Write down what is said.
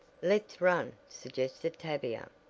let's run, suggested tavia.